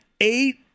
eight